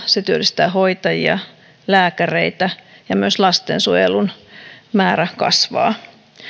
se työllistää hoitajia lääkäreitä ja myös lastensuojelun määrä kasvaa